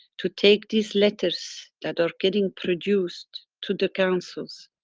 to take these letters that are getting produced to the councils.